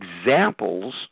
examples